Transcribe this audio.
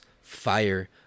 fire